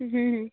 হুম হুম